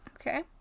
Okay